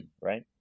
right